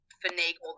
finagle